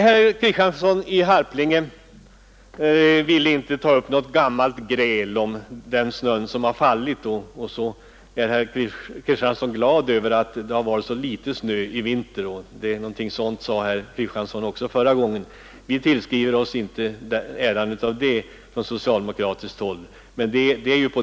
Herr Kristiansson i Harplinge ville inte ta upp något gammalt gräl om den snö som föll i fjol, och så är han glad över att det har varit så litet snö i vinter; någonting sådant sade herr Kristiansson också förra gången. Vi tillskriver oss inte äran av det från socialdemokratiskt håll!